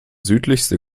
südlichste